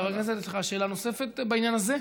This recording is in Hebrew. חבר הכנסת, יש לך שאלה נוספת בעניין הזה?